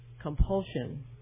compulsion